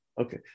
Okay